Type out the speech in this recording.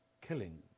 killing